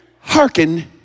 hearken